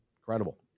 incredible